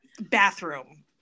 bathroom